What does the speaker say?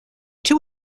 two